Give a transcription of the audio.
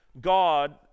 God